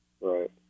Right